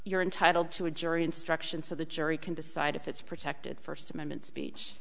you're entitled to a jury instruction so the jury can decide if it's protected first amendment speech